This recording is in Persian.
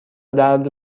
درد